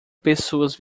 pessoas